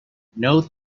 note